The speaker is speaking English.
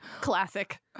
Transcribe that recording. Classic